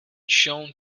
shown